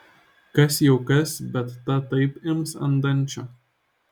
kas jau kas bet ta taip ims ant dančio